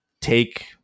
take